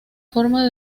forma